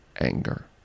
anger